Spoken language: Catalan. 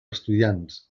estudiants